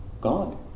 God